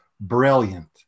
brilliant